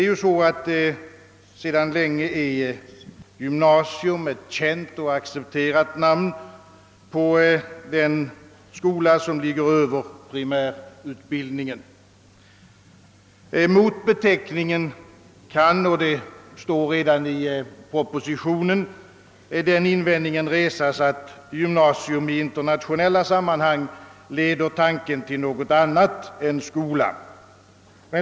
Gymnasium är ett sedan länge känt och accepterat namn på den skola som ligger över primärutbildningen. Mot beteckningen kan, vilket anföres redan i propositionen, den invändningen resas, att gymnasium i internationella sam manhang leder tanken till något annat än en skola.